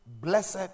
Blessed